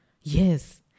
Yes